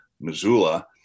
Missoula